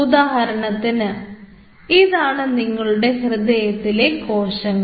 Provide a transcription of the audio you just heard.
ഉദാഹരണത്തിന് ഇതാണ് നിങ്ങളുടെ ഹൃദയത്തിലെ കോശങ്ങൾ